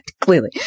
clearly